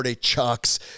Chucks